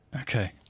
Okay